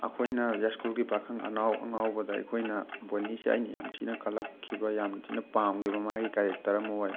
ꯑꯩꯈꯣꯏꯅ ꯌꯥꯏꯁꯀꯨꯜꯒꯤ ꯄꯥꯈꯪ ꯑꯉꯥꯎꯕꯗ ꯑꯩꯈꯣꯏꯅ ꯕꯣꯅꯤꯁꯦ ꯑꯩꯅ ꯌꯥꯝ ꯊꯤꯅ ꯀꯂꯛꯈꯤꯕ ꯌꯥꯝ ꯊꯤꯅ ꯄꯥꯝꯈꯤꯕ ꯃꯥꯒꯤ ꯀꯥꯔꯦꯛꯇꯔ ꯑꯃ ꯑꯣꯏ